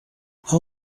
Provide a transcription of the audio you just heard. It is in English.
how